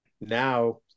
now